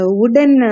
wooden